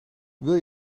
wil